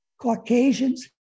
Caucasians